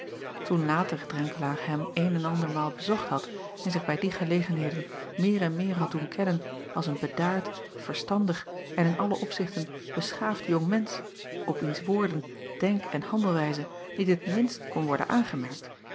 oen later renkelaer hem een en andermaal bezocht had en zich bij die gelegenheden meer en meer had doen kennen als een bedaard verstandig en in alle opzichten beschaafd jong mensch op wiens woorden denken handelwijze niet het minst kon worden aangemerkt